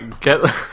get